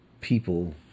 people